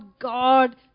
God